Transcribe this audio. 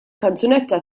kanzunetta